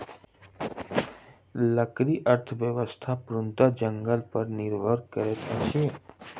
लकड़ी अर्थव्यवस्था पूर्णतः जंगल पर निर्भर करैत अछि